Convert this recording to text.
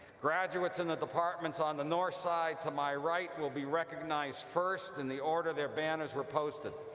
graduates in the departments on the north side to my right will be recognized first in the order their banners were posted.